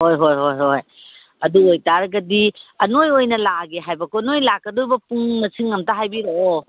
ꯍꯣꯏ ꯍꯣꯏ ꯍꯣꯏ ꯍꯣꯏ ꯑꯗꯨ ꯑꯣꯏꯇꯥꯔꯒꯗꯤ ꯅꯣꯏ ꯑꯣꯏꯅ ꯂꯥꯛꯑꯒꯦ ꯍꯥꯏꯕꯀꯣ ꯅꯣꯏ ꯂꯥꯛꯀꯗꯕ ꯄꯨꯡ ꯃꯁꯤꯡ ꯑꯝꯇ ꯍꯥꯏꯕꯤꯔꯛꯑꯣ